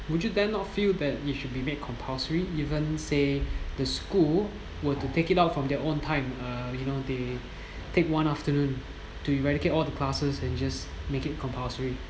would you then not feel that it should be made compulsory even say the school were to take it out from their own time uh you know they take one afternoon to eradicate all the classes and just make it compulsory